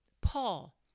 Paul